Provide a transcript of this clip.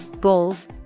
goals